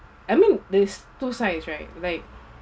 I mean there is two sides right like